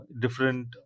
different